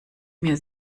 mir